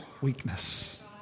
weakness